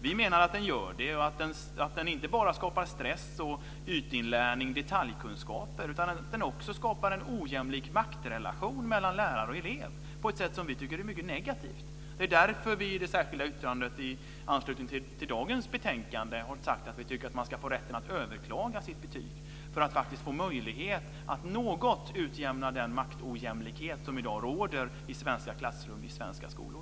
Vi menar att de gör det och att det inte bara skapar stress och ytinlärning av detaljkunskaper utan att det också skapar en ojämlik maktrelation mellan lärare och elev på ett sätt som vi tycker är mycket negativt. Det är därför vi i det särskilda yttrandet till dagens betänkande har sagt att vi tycker att man ska få rätten att överklaga sitt betyg för att faktiskt få möjlighet att något utjämna den maktojämlikhet som i dag råder i svenska klassrum och i svenska skolor.